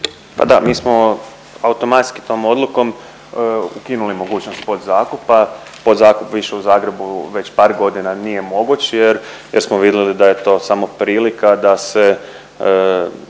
Ma da, mi smo automatski tom odlukom ukinuli mogućnost podzakupa. Podzakup više u Zagrebu već par godina nije moguć, jer smo vidjeli da je to samo prilika da se